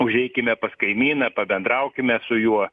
užeikime pas kaimyną pabendraukime su juo